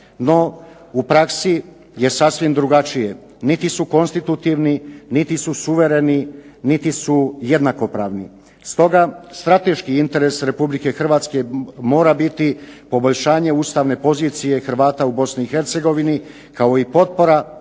No u praksi je sasvim drugačije, niti su konstitutivni, niti su suvereni, niti su jednakopravni. Stoga strateški interes Republike Hrvatske mora biti poboljšanje ustavne pozicije Hrvata u Bosni i Hercegovini